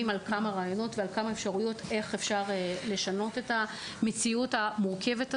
רעיונות ואפשרויות איך לשנות את המציאות המורכבת הזאת.